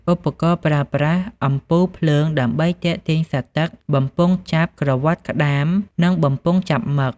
ឧបករណ៍ប្រើប្រាស់ អំពូលភ្លើងដើម្បីទាក់ទាញសត្វទឹក បំពង់ចាប់ ក្រវ៉ាត់ក្តាម និងបំពង់ចាប់មឹក។